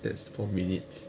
that's four minutes